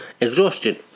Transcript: exhaustion